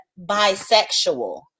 bisexual